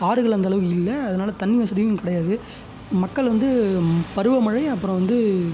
ஆறுகள் அந்த அளவுக்கு இல்லை அதனாலே தண்ணி வசதியும் இங்கே கிடையாது மக்கள் வந்து பருவ மழை அப்புறம் வந்து